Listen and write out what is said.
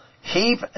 heap